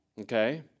Okay